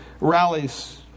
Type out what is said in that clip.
rallies